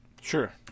sure